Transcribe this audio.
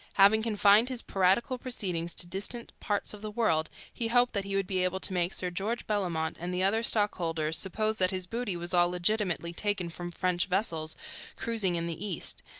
having confined his piratical proceedings to distant parts of the world, he hoped that he would be able to make sir george bellomont and the other stockholders suppose that his booty was all legitimately taken from french vessels cruising in the east,